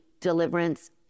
deliverance